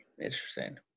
Interesting